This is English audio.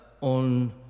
on